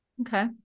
Okay